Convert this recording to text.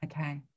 Okay